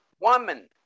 woman